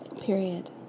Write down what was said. Period